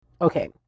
okay